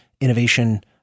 innovation